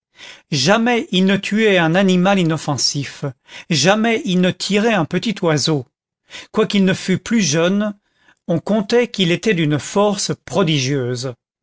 jamais il ne tuait un animal inoffensif jamais il ne tirait un petit oiseau quoiqu'il ne fût plus jeune on contait qu'il était d'une force prodigieuse